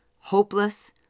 hopeless